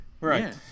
Right